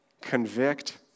Convict